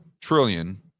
trillion